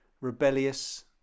rebellious